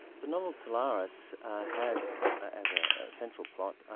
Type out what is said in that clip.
the novel solaris has as a central plot,